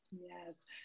Yes